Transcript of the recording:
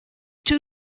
two